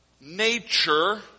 nature